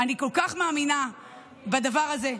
אני כל כך מאמינה בדבר הזה.